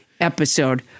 episode